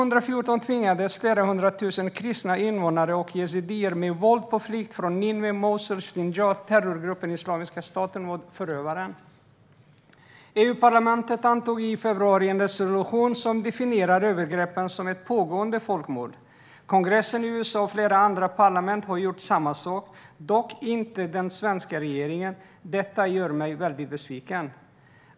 År 2014 tvingades flera hundratusen kristna invånare och yazidier med våld på flykt från Nineve, Mosul och Sinjar. Terrorgruppen Islamiska staten var förövaren. EU-parlamentet antog i februari en resolution som definierar övergreppen som ett pågående folkmord. Kongressen i USA och flera andra parlament har gjort samma sak, dock inte den svenska regeringen. Detta gör mig väldigt besviken.